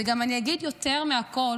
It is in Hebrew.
ויותר מכול